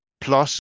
plus